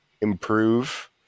improve